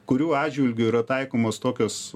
kurių atžvilgiu yra taikomos tokios